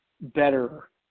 better